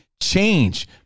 change